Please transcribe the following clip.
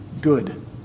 good